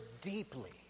deeply